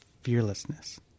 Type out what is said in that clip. fearlessness